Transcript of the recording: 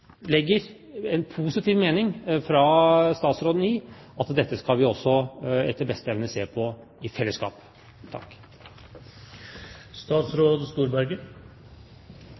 legger en positiv mening fra statsråden i at dette skal vi også etter beste evne se på i fellesskap.